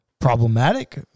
problematic